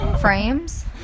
Frames